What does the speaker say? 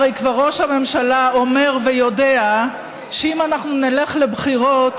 הרי כבר ראש הממשלה אומר ויודע שאם אנחנו נלך לבחירות,